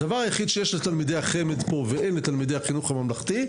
הדבר היחיד שיש לתלמידי החמ"ד ואין לתלמידי החינוך הממלכתי,